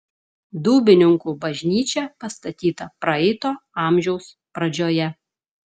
dūbininkų bažnyčia pastatyta praeito amžiaus pradžioje